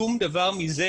שום דבר מזה,